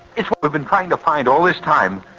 it's what we've been trying to find all this time,